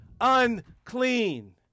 unclean